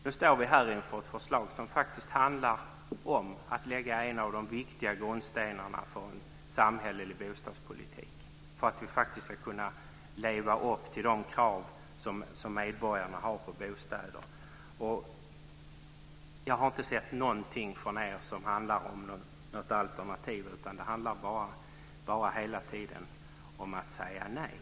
Nu står vi inför ett förslag som faktiskt handlar om att lägga en av de viktiga grundstenarna för en samhällelig bostadspolitik - detta för att vi faktiskt ska kunna leva upp till de krav som medborgarna har på bostäder. Jag har dock inte sett någonting från er som handlar om ett alternativ. I stället handlar det hela tiden bara om att säga nej.